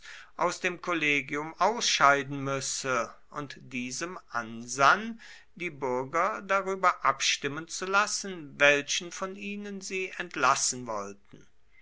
aus dem kollegium ausscheiden müsse und diesem ansann die bürger darüber abstimmen zu lassen welchen von ihnen sie entlassen wollten